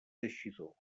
teixidor